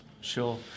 sure